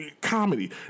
comedy